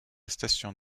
station